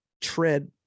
tread